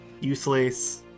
Useless